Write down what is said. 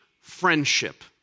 friendship